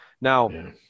Now